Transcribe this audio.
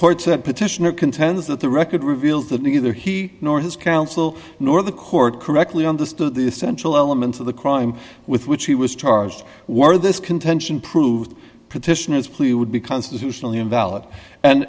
court said petitioner contends that the record reveals that neither he nor his counsel nor the court correctly understood the essential elements of the crime with which he was charged were this contention proved petitioner's plea would be constitutionally invalid and